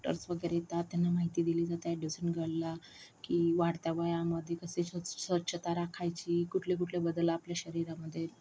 doctors वगैरे येतात त्यांना माहिती दिली जाते अॅडोसंट गर्लला की वाढत्या वयामध्ये कसे स्वच्छता राखायची कुठले कुठले बदल आपल्या शरीरामध्ये